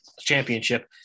championship